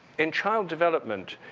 in child development,